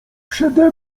przede